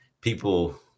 people